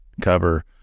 cover